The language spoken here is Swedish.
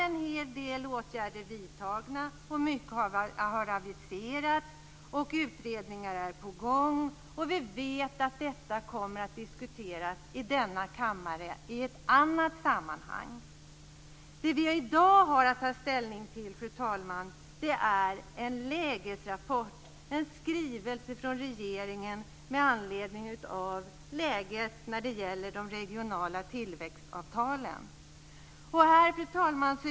En hel del åtgärder är vidtagna. Mycket har aviserats, och utredningar är på gång. Vi vet att detta kommer att diskuteras i denna kammare i ett annat sammanhang. Fru talman! I dag har vi att ta ställning till en lägesrapport, en skrivelse från regeringen med anledning av läget när det gäller de regionala tillväxtavtalen. Fru talman!